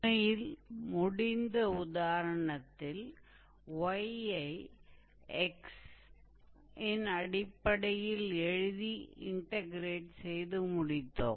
அண்மையில் முடிந்த உதாரணத்தில் y ஐ x இன் அடிப்படையில் எழுதி இன்டக்ரேட் செய்து முடித்தோம்